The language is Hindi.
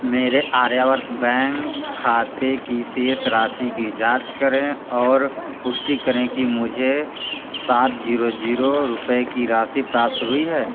मेरे आर्यावर्त बैंक खाते की शेष राशि की जाँच करें और पुष्टि करें कि मुझे सात जीरो जीरो रुपये की राशि प्राप्त हुई है